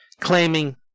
claiming